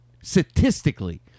Statistically